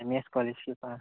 M E S कॉलेजीक pass